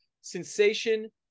sensation